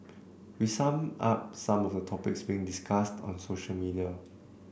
we sum up some of the topics being discussed on social media